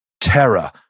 terror